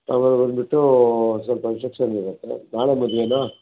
ಆಮೇಲೆ ಬಂದುಬಿಟ್ಟು ಸ್ವಲ್ಪ ಇನ್ಸ್ಟ್ರಕ್ಷನ್ಸ್ ಇರತ್ತೆ ನಾಳೆ ಮದುವೆನಾ